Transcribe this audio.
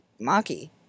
Maki